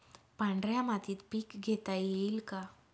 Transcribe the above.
पांढऱ्या मातीत पीक घेता येईल का?